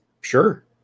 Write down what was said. Sure